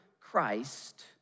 Christ